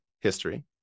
history